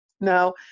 Now